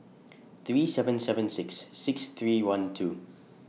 three seven seven six six three one two